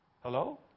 Hello